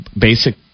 basic